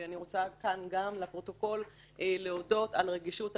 אני רוצה כאן גם לפרוטוקול להודות על הרגישות,